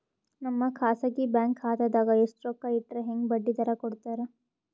ನಮ್ಮ ಖಾಸಗಿ ಬ್ಯಾಂಕ್ ಖಾತಾದಾಗ ಎಷ್ಟ ರೊಕ್ಕ ಇಟ್ಟರ ಹೆಂಗ ಬಡ್ಡಿ ದರ ಕೂಡತಾರಿ?